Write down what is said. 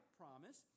promise